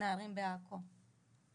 לנערים בעכו.